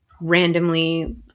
randomly